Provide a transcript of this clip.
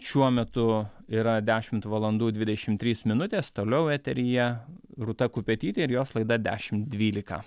šiuo metu yra dešimt valandų dvidešim trys minutės toliau eteryje rūta kupetytė ir jos laida dešim dvylika